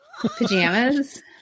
Pajamas